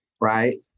right